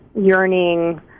Yearning